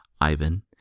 Ivan